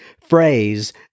phrase